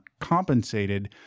compensated